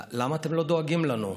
למה אתם לא דואגים לנו?